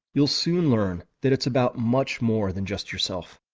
you'll soon learn that it's about much more than just yourself.